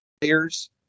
players